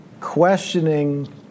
questioning